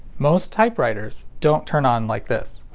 most typewriters don't turn on like this.